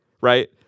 right